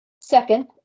Second